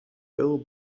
bill